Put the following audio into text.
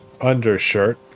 undershirt